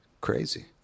Crazy